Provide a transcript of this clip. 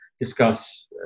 discuss